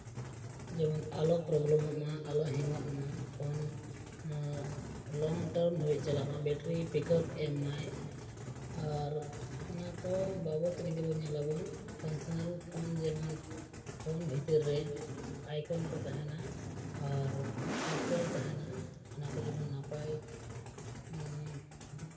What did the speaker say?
ᱡᱮᱢᱚᱱ ᱟᱞᱚ ᱯᱨᱚᱵᱞᱮᱢᱚᱜ ᱢᱟ ᱟᱞᱚ ᱦᱮᱝ ᱚᱜ ᱢᱟ ᱯᱷᱳᱱ ᱞᱚᱝ ᱴᱟᱹᱭᱤᱢ ᱫᱷᱟᱹᱵᱤᱱ ᱛᱟᱦᱮᱱᱼᱢᱟ ᱵᱮᱴᱨᱤ ᱯᱤᱠᱼᱟᱯ ᱮᱢ ᱢᱟᱭ ᱟᱨ ᱚᱱᱟᱠᱚ ᱵᱟᱵᱚᱫ ᱡᱩᱫᱤ ᱵᱚᱱ ᱧᱮᱞᱟᱵᱚᱱ ᱯᱷᱳᱱ ᱡᱮᱢᱚᱱ ᱯᱷᱳᱱ ᱵᱷᱤᱛᱨᱤ ᱨᱮ ᱟᱭᱠᱚᱱ ᱠᱚ ᱛᱟᱦᱮᱱᱟ ᱟᱨ ᱥᱚᱯᱷᱴᱣᱮᱨ ᱠᱚ ᱛᱟᱦᱮᱱᱟ ᱚᱱᱟ ᱠᱚ ᱡᱮᱢᱚᱱ ᱱᱟᱯᱟᱭ